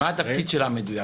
מה התפקיד המדויק שלה?